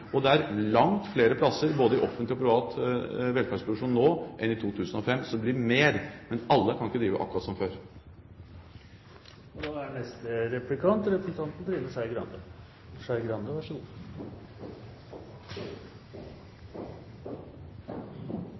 og det er langt flere plasser både i offentlig og privat velferdsproduksjon nå enn i 2005. Så det blir mer. Men alle kan ikke drive akkurat som før.